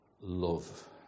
love